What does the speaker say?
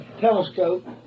telescope